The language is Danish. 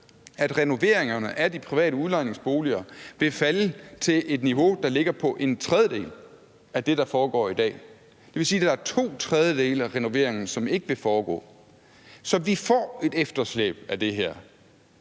at renoveringerne af de private udlejningsboliger vil falde til et niveau, der ligger på en tredjedel af det, der foregår i dag. Det vil sige, at der er to tredjedele af renoveringen, som ikke vil foregå. Så vi får et efterslæb af det her,